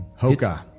Hoka